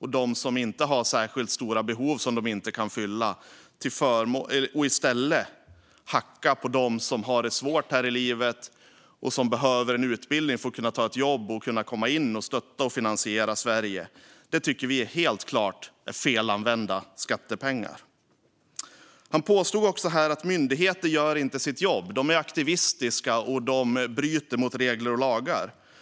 och dem som inte har särskilt stora behov som de inte kan tillgodose och i stället hacka på dem som har det svårt här i livet och som behöver en utbildning för att kunna ta ett jobb och stötta och finansiera Sverige - det tycker vi helt klart är felanvända skattepengar. Kjell Jansson påstod också att myndigheter inte gör sitt jobb och att de är aktivistiska och bryter mot regler och lagar.